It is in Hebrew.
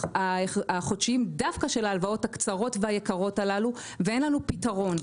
החודשיים דווקא של ההלוואות הקצרות והיקרות הללו ואין לנו פתרון.